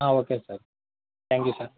okay sir thank you sir